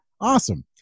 awesome